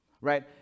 right